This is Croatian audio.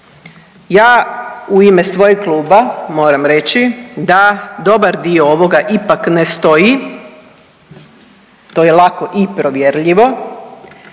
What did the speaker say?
Ja u ime svojeg kluba moram reći da dobar dio ovoga ipak ne stoji, to je lako i provjerljivo.